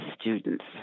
students